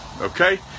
okay